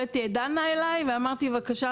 הבאתי את דנה אליי ואמרתי בבקשה,